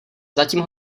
zatím